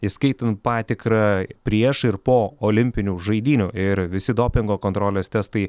įskaitant patikrą prieš ir po olimpinių žaidynių ir visi dopingo kontrolės testai